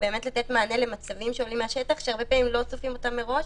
ולתת מענה למצבים שעולים מהשטח שהרבה פעמים לא צופים אותם מראש.